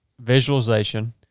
visualization